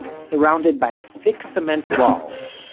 surrounded by thick cement walls,